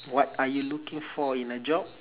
what are you looking for in a job